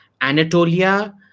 Anatolia